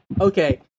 okay